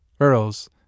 earls